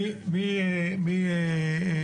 מי בעד ההסתייגות?